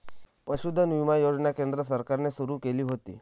पशुधन विमा योजना केंद्र सरकारने सुरू केली होती